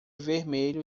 vermelho